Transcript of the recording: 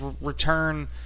return